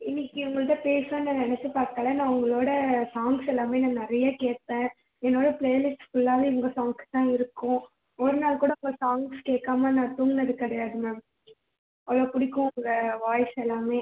இன்னக்கு உங்கள்கிட்ட பேசுவேன்னு நான் நினச்சி பார்க்கல நான் உங்களோட சாங்ஸ் எல்லாமே நான் நிறைய கேட்பேன் என்னோடய ப்ளே லிஸ்ட் ஃபுல்லாவே உங்கள் சாங்ஸ் தான் இருக்கும் ஒரு நாள் கூட உங்கள் சாங்ஸ் கேட்காம நான் தூங்குனது கிடையாது மேம் அவ்வளோ பிடிக்கும் உங்கள் வாய்ஸ் எல்லாமே